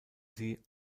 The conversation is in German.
sie